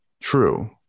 true